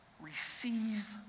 Receive